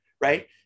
right